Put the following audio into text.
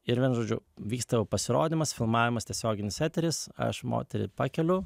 ir vienu žodžiu vyksta jau pasirodymas filmavimas tiesioginis eteris aš moterį pakeliu